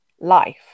life